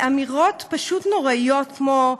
לאמירות פשוט נוראיות, כמו: